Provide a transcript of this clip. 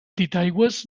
titaigües